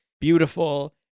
Beautiful